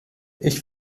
ich